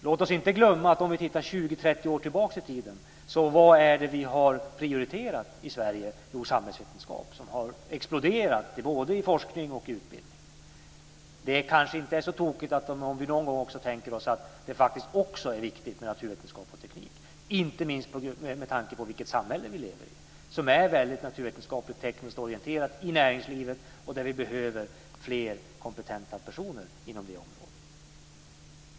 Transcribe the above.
Låt oss inte glömma, om vi ser 20-30 år tillbaka i tiden, vad det är vi har prioriterat i Sverige, nämligen samhällsvetenskap som har exploderat både vad gäller forskning och utbildning. Det kanske inte är så tokigt om vi någon gång tänker på att det faktiskt också är viktigt med naturvetenskap och teknik, inte minst med tanke på det samhälle vi lever i med ett väldigt naturvetenskapligt och tekniskt orienterat näringsliv där vi behöver fler kompetenta personer.